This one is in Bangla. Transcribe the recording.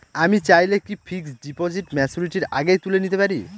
আমি চাইলে কি ফিক্সড ডিপোজিট ম্যাচুরিটির আগেই তুলে নিতে পারি?